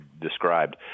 described